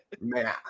man